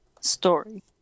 story